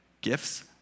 Gifts